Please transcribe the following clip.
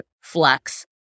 flex